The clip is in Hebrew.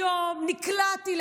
היום נקלעתי,